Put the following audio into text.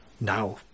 Now